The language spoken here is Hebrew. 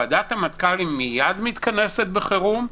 ועדת המנכ"לים מייד מתכנסת בחירום,